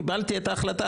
קיבלתי את ההחלטה,